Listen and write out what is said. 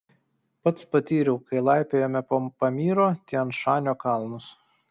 pats patyriau kai laipiojome po pamyro tian šanio kalnus